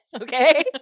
Okay